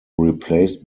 replaced